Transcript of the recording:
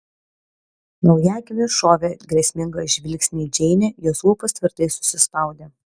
naujagimė šovė grėsmingą žvilgsnį į džeinę jos lūpos tvirtai susispaudė